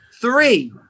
three